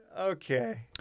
okay